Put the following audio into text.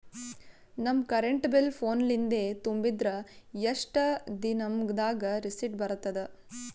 ನಮ್ current bill ಫೋನ ಲಿಂದೇ ತುಂಬಿದ್ರ, ಎಷ್ಟ ದಿ ನಮ್ ದಾಗ ರಿಸಿಟ ಬರತದ?